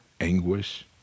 anguish